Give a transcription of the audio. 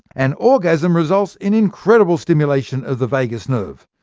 an orgasm results in incredible stimulation of the vagus nerve.